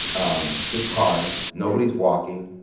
um just cars. nobody's walking.